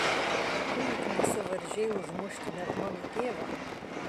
o tu juk nesivaržei užmušti net mano tėvą